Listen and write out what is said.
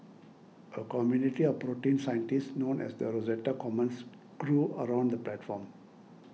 a community of protein scientists known as the Rosetta Commons grew around the platform